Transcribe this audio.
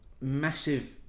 massive